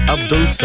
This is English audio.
Abdul